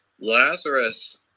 Lazarus